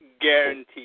guaranteed